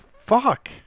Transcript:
fuck